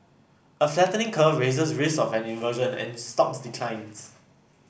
a flattening curve raises risk of an inversion and stocks declines